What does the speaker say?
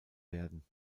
werden